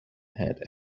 had